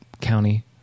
county